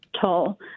toll